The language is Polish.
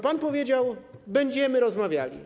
Pan powiedział: będziemy rozmawiali.